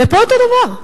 ופה אותו דבר.